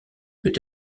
peut